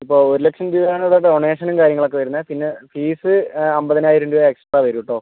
ഇപ്പം ഒരു ലക്ഷം രൂപയാണ് ഇവിടെ ഡൊണേഷനും കാര്യങ്ങൾ ഒക്കെ വരുന്നത് പിന്നെ ഫീസ് അമ്പതിനായിരം രൂപ എക്സ്ട്രാ വരും കേട്ടോ